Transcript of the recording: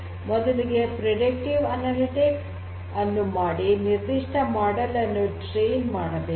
ಮೊದಲಿಗೆ ಮುನ್ಸೂಚಕ ಅನಲಿಟಿಕ್ಸ್ ಅನ್ನು ಮಾಡಿ ನಿರ್ದಿಷ್ಟ ಮಾಡೆಲ್ ಅನ್ನು ಟ್ರೈನ್ ಮಾಡಬೇಕು